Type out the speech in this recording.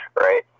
right